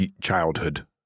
childhood